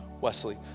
Wesley